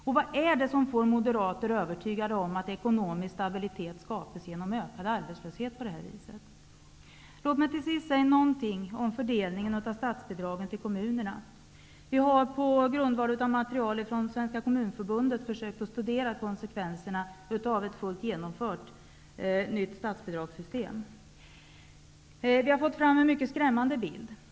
Och vad är det som får moderater att bli övertygade om att ekonomisk stabilitet skapas ge nom ökad arbetslöshet? Låt mig till sist säga något om fördelningen av statsbidragen till kommunerna. På grundval av material från Svenska kommun förbundet har vi försökt att studera konsekven serna av ett fullt genomfört nytt statsbidragssys tem. Vi har fått fram en mycket skrämmande bild.